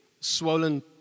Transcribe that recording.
swollen